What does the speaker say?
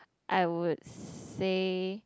I would say